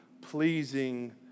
pleasing